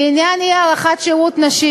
בעניין אי-הארכת שירות נשים,